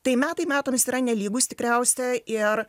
tai metai metams yra nelygūs tikriausia ir